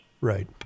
Right